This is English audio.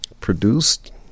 Produced